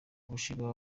umushinga